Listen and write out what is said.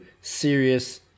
serious